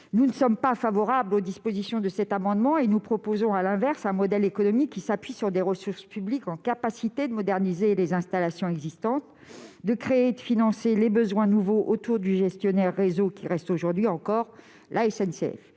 groupe n'est pas favorable aux dispositions de cet amendement ; nous proposons, à l'inverse, un modèle économique qui s'appuie sur des ressources publiques pour moderniser les installations existantes, créer et financer les besoins nouveaux autour du gestionnaire du réseau, qui reste, aujourd'hui encore, la SNCF.